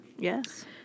Yes